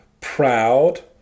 proud